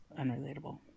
unrelatable